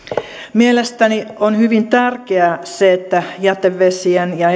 mielestäni on hyvin tärkeää se että jätevesien ja